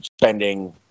spending